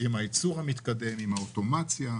- עם הייצור המתקדם, עם האוטומציה.